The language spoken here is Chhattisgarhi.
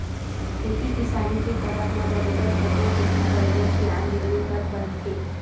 खेती किसानी के करब म बरोबर सब्बो कोती बरोबर धियान देबे तब बनथे